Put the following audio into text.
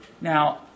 Now